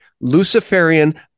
Luciferian